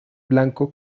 blanco